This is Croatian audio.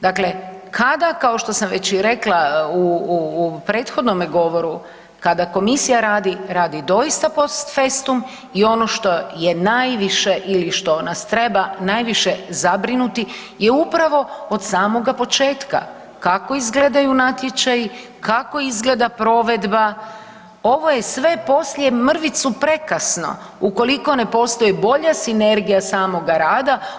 Dakle kada, kao što sam već i rekla u prethodnome govoru, kada komisija radi radi doista post festum i ono što je najviše ili što nas treba najviše zabrinuti je upravo od samoga početka, kako izgledaju natječaji, kako izgleda provedba, ovo je sve poslije mrvicu prekasno ukoliko ne postoji bolja sinergija samoga rada.